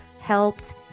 helped